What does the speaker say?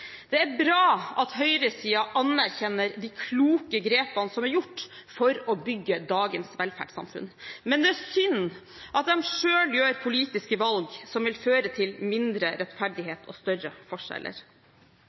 Det er bra at høyresiden anerkjenner de kloke grepene som er gjort for å bygge dagens velferdssamfunn, men det er synd at de selv gjør politiske valg som vil føre til mindre